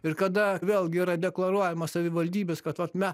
ir kada vėlgi yra deklaruojama savivaldybės kad vat me